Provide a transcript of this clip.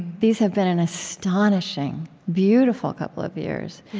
these have been an astonishing, beautiful couple of years.